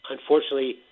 Unfortunately